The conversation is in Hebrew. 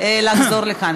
לחזור לכאן.